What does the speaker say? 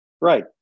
Right